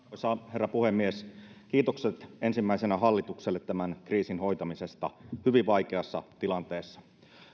herra puhemies kiitokset ensimmäisenä hallitukselle tämän kriisin hoitamisesta hyvin vaikeassa tilanteessa